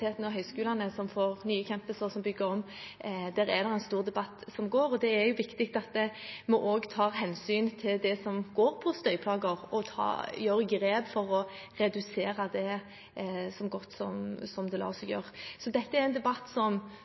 og høyskolene som får nye campuser, som bygger om. Der er det en stor debatt som pågår. Det er viktig at vi også tar hensyn til det som går på støyplager og gjør grep for å redusere det så godt det lar seg gjøre. Så dette er en debatt som